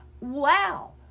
Wow